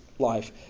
life